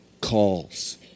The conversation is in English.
calls